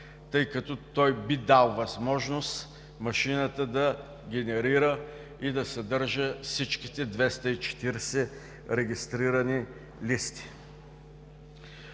тъй като той би дал възможност машината да генерира и да съдържа всичките 240 регистрирани листи.